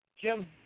Jim